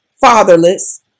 fatherless